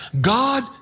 God